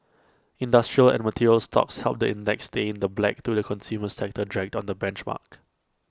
industrial and material stocks helped the index stay in the black though the consumer sector dragged on the benchmark